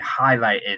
highlighted